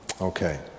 Okay